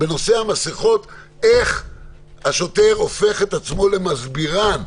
בנושא המסכות, איך השוטר הופך את עצמו למסבירן,